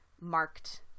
marked